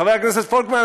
חבר הכנסת פולקמן,